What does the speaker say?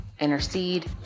intercede